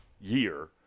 year